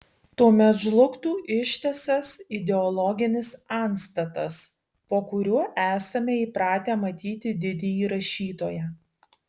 tuomet žlugtų ištisas ideologinis antstatas po kuriuo esame įpratę matyti didįjį rašytoją